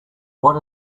what